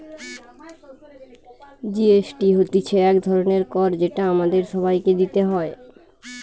GST হতিছে এক ধরণের কর যেটা আমাদের সবাইকে দিতে হয়